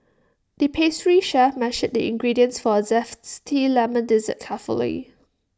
the pastry chef measured the ingredients for A Lemon Dessert carefully